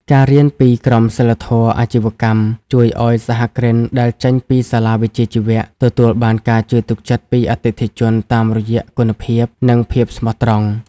ការរៀនពី "ក្រមសីលធម៌អាជីវកម្ម" ជួយឱ្យសហគ្រិនដែលចេញពីសាលាវិជ្ជាជីវៈ ទទួលបានការជឿទុកចិត្តពីអតិថិជនតាមរយៈគុណភាព និងភាពស្មោះត្រង់។